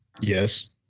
yes